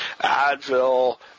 Advil